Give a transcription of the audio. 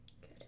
Good